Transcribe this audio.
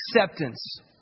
acceptance